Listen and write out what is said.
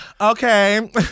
Okay